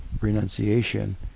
renunciation